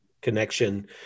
connection